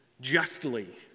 justly